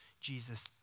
Jesus